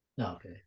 Okay